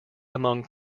among